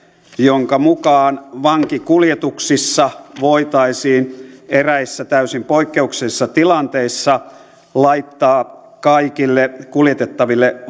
jonka mukaan vankikuljetuksissa voitaisiin eräissä täysin poikkeuksellisissa tilanteissa laittaa kaikille kuljetettaville